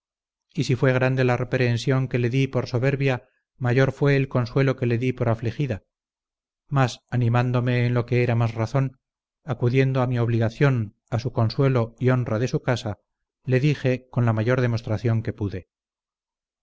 y si fué grande la reprehensión que le dí por soberbia mayor fué el consuelo que le dí por afligida mas animándome en lo que era más razón acudiendo a mi obligación a su consuelo y honra de su casa le dije con la mayor demostración que pude